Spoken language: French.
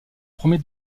premier